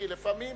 כי לפעמים